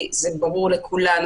כי זה ברור לכולנו,